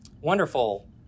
wonderful